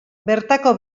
bertako